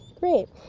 great,